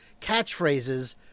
catchphrases